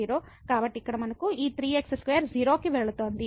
కాబట్టి ఇక్కడ మనకు ఈ 3x2 0 కి వెళుతోంది